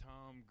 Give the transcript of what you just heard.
Tom